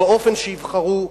ובאופן שיבחרו,